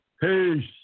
Peace